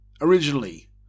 originally